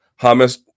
Hamas